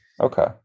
okay